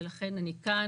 ולכן אני כאן.